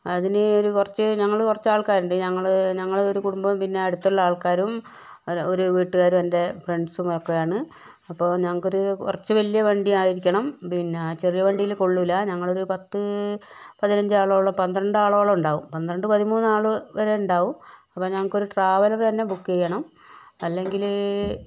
അതിന് ഒരു കുറച്ച് ഞങ്ങൾ കുറച്ച് ആൾക്കാരുണ്ട് ഞങ്ങൾ ഞങ്ങൾ ഒരു കുടുംബം പിന്നെ അടുത്തുള്ള ആൾക്കാരും ഒരു വീട്ടുകാരും എൻ്റെ ഫ്രണ്ട്സും ഒക്കെയാണ് അപ്പോൾ ഞങ്ങൾക്ക് ഒരു കുറച്ചു വലിയ വണ്ടി ആയിരിക്കണം പിന്നെ ചെറിയ വണ്ടിയിൽ കൊളളൂല്ല ഞങ്ങള് പത്ത് പതിനഞ്ച് ആളോളം പന്ത്രണ്ട് ആളോളം ഉണ്ടാകും പന്ത്രണ്ട് പതിമൂന്ന് ആൾ വരെ ഉണ്ടാകും അപ്പോൾ ഞങ്ങൾക്ക് ഒരു ട്രാവലർ തന്നെ ബുക്ക് ചെയ്യണം അല്ലെങ്കിൽ